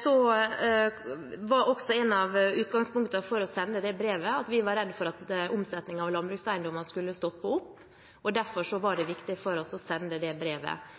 Så var et utgangspunkt for å sende dette brevet at vi var redd for at omsetningen av landbrukseiendommer skulle stoppe opp. Derfor var det viktig for oss å sende det brevet.